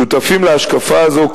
שותפים להשקפה הזו,